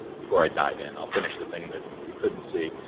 before i dive in i'll finish the thing that you couldn't see.